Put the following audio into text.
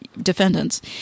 defendants